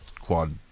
quad